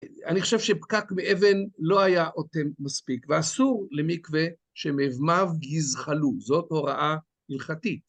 אני חושב שפקק מאבן לא היה אוטם מספיק, ואסור למקווה שמימיו יזחלו, זאת הוראה הלכתית.